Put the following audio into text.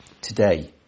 Today